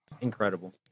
incredible